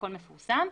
הכול מפורסם,